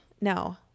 No